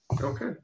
Okay